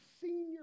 senior